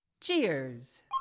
Cheers